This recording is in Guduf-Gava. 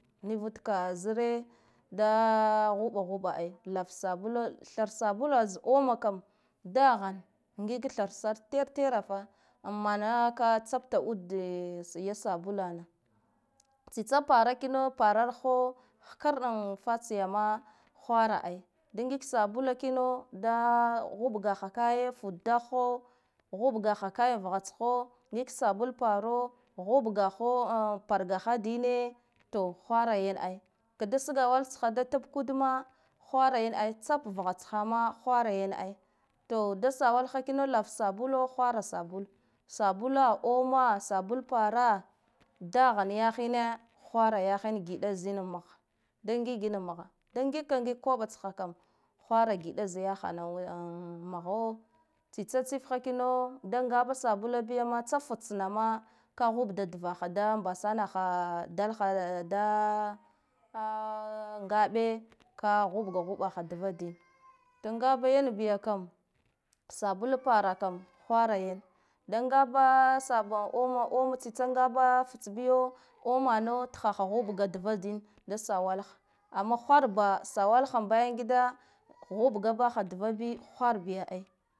Nivud ka zire da huɓa huɓa ai lav sabula thar sabula kam za oma kam dahane ngig thar sa ter terata amana yaka tsabta ud ya sabulana, tsitsa para kino parar ho hakarda fatsiya ma hwara ai da ngig sabula kino da huɓgaho kaye fudahhe huɓgaho, kaya vha tsta ngiga sabula paro huɓgaho pargahadine to hwara yan ai, ka da sgwala tsha da tab ud ma hwara yan ai tsab vaha tsha ma hwara yan ai, to da sawala ha kino lava sabulo hwara sabula sabula oma sabul para dahan yahine hwara yahin giɗa zin mha da ngig in mha da ngig ka ngig koɓa tsha hwara giɗa kazi ya hana mho tsitsa tsif ha kina da ngaba sabula biya tsa ftsna ma ka huɓa ga duva da mbasa naha dalha da ngaɓe ka hub ga huɓa ha to ngaba yan biya kam fabul para kam hwara yan da ngaba saba oma tsitsa ngaba fitse biyo omano thaho ɦuɓga har duva din da sawalaha, amma hwar ba sawakha bayangida huɓgabaha diva bi hwar bida bi ai.